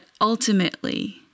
ultimately